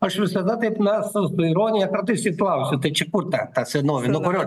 aš visada taip na su ironija kartais ir klausiu tai čia kur ta ta senovė nuo kurio